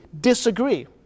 disagree